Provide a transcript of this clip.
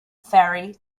ferry